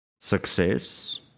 Success